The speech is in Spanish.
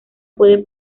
puede